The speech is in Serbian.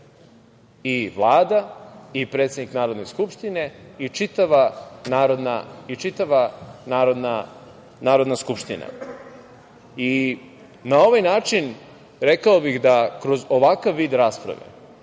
i Vlada i predsednik Narodne skupštine i čitava Narodna skupština. Na ovaj način, rekao bih, kroz ovakav vid rasprave